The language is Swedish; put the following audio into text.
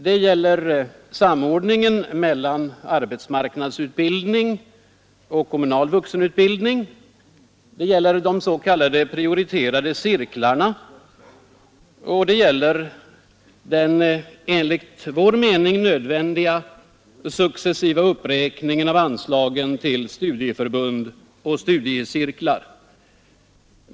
Det gäller samordningen av arbetsmarknadsutbildning och kommunal vuxenutbildning, det gäller de s.k. prioriterade cirklarna och det gäller frågan om den enligt vår mening nödvändiga successiva uppräkningen av anslagen till studieförbund och studiecirklar.